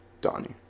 Donnie